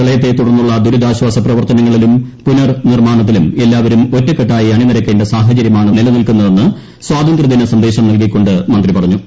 പ്രളയത്തെ തുടർന്നുള്ള ദുരിതാശ്വാസ പ്രവർത്തനങ്ങളിലും പുനർനിർമ്മാണത്തിലും എല്ലാവരും ഒറ്റക്കെട്ടായി അണിനിരക്കേണ്ട സാഹചര്യമാണ് നിലനിൽക്കുന്നതെന്ന് സ്വാതന്ത്യദിന സന്ദേശം നൽകികൊണ്ട് മന്ത്രി പറഞ്ഞു